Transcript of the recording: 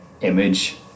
image